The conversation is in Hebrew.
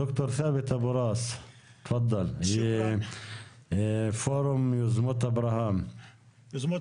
ד"ר ת'אבת אבו ראס, מפורום יוזמות אברהם, תפאדל.